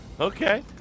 Okay